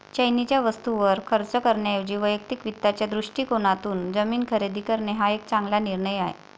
चैनीच्या वस्तूंवर खर्च करण्याऐवजी वैयक्तिक वित्ताच्या दृष्टिकोनातून जमीन खरेदी करणे हा एक चांगला निर्णय आहे